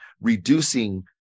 reducing